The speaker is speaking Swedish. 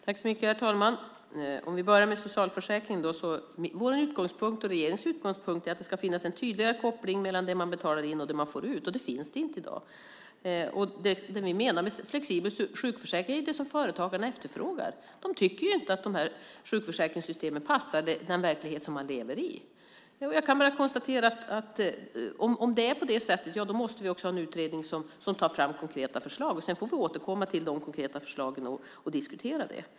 Herr talman! Om vi börjar med socialförsäkringarna är regeringens utgångspunkt att det ska finnas en tydlig koppling mellan vad man betalar in och vad man får ut. Det finns det inte i dag. Det vi menar med flexibel sjukförsäkring är ju det som företagarna efterfrågar. De tycker inte att de här sjukförsäkringssystemen passar den verklighet som de lever i. Jag bara konstaterar att om det är på det sättet måste vi också ha en utredning som tar fram konkreta förslag. Sedan får vi återkomma till de konkreta förslagen och diskutera dem.